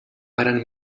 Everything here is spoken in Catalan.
varen